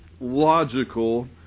logical